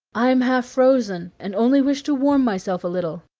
i am half frozen, and only wish to warm myself a little.